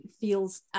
feels